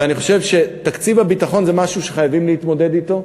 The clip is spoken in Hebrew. ואני חושב שתקציב הביטחון זה משהו שחייבים להתמודד אתו,